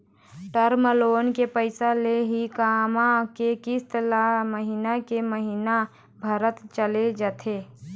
term loan के पइसा ले ही कमा के किस्ती ल महिना के महिना भरत चले जाथे